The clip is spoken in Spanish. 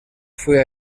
fue